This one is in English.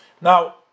Now